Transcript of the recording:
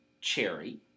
cherry